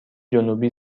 جنوبی